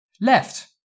Left